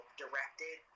directed